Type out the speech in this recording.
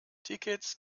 tickets